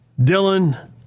Dylan